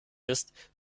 ist